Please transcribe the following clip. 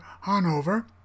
Hanover